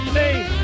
name